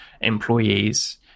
employees